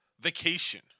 vacation